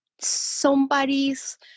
somebody's